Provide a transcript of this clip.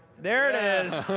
there it is!